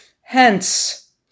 Hence